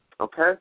Okay